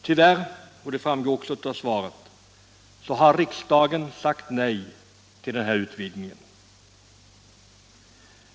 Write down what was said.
Tyvärr har riksdagen — det framgår också av svaret — sagt nej till en sådan utvidgning.